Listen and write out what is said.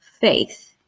faith